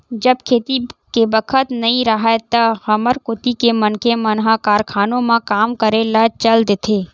जब खेती के बखत नइ राहय त हमर कोती के मनखे मन ह कारखानों म काम करे ल चल देथे